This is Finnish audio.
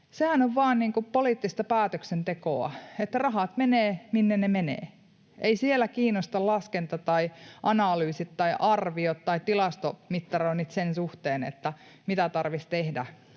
sehän on vaan poliittista päätöksentekoa, että rahat menevät, minne ne menevät. Ei siellä kiinnosta laskenta tai analyysit tai arviot tai tilastomittaroinnit sen suhteen, mitä tarvitsisi tehdä,